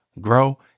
grow